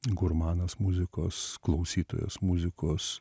gurmanas muzikos klausytojas muzikos